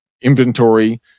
inventory